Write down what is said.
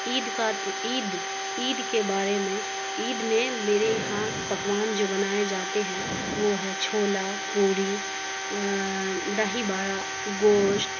عید کا عید عید کے بارے میں عید میں میرے یہاں پکوان جو بنائے جاتے ہیں وہ ہے چھولا پوری دہی بڑا گوشت